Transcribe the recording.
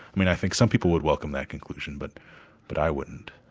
i mean i think some people would welcome that conclusion, but but i wouldn't.